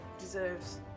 deserves